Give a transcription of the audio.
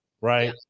right